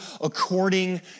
according